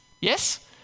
yes